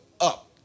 up